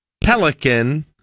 Pelican